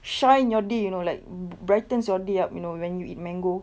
shine your day you know like br~ brightens your day up you know when you eat mango